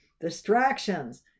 distractions